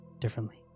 differently